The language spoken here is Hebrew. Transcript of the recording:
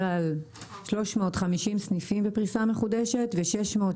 על 350 סניפים בפריסה מחודשת ו-700-600